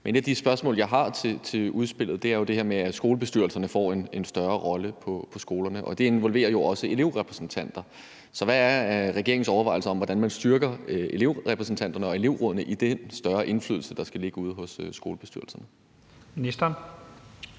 SF. Et af de spørgsmål, jeg har til udspillet, er det her med, at skolebestyrelserne får en større rolle på skolerne, og det involverer jo også elevrepræsentanter, så hvad er regeringens overvejelser om, hvordan man styrker elevrepræsentanterne og elevrådene i den større indflydelse, der skal ligge ude hos skolebestyrelserne? Kl.